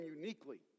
uniquely